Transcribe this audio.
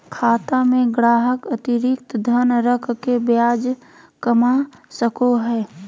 खाता में ग्राहक अतिरिक्त धन रख के ब्याज कमा सको हइ